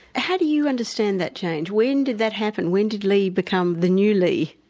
how do you understand that change? when did that happen? when did lee become the new lee?